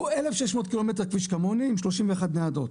הוא אלף ושש מאות קילומטר כביש כמוני עם שלושים ואחת ניידות.